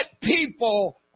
people